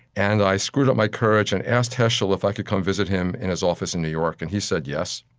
and i screwed up my courage and asked heschel if i could come visit him in his office in new york, and he said yes.